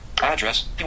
address